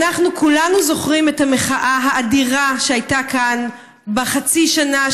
אנחנו כולנו זוכרים את המחאה האדירה שהייתה כאן בחצי שנה,